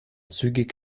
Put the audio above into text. zügig